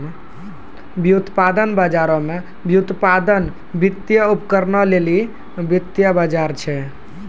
व्युत्पादन बजारो मे व्युत्पादन, वित्तीय उपकरणो लेली वित्तीय बजार छै